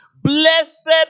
Blessed